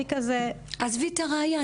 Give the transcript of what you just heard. התיק הזה --- עזבי את הראיה,